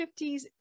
1950s